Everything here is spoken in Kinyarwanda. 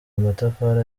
amatafari